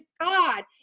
God